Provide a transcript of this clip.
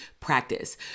practice